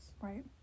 Right